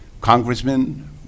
congressmen